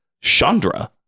Chandra